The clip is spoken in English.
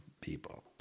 people